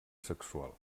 sexual